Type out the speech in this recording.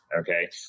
Okay